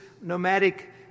nomadic